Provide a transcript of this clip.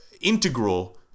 integral